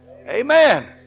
Amen